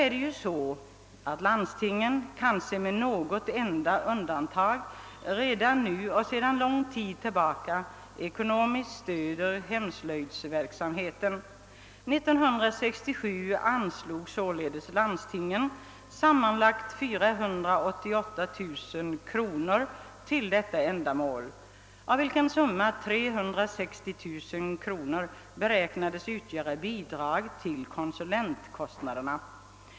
Redan nu stödjer ju landstingen hemslöjdsverksamheten ekonomiskt sedan lång tid tillbaka — kanske med något enda undantag. 1967 anslog således landstingen sammanlagt 488 000 kronor till detta ändamål, av vilken summa 360 000 kronor beräknades utgöra bidrag till konsulentkostnaderna.